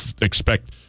expect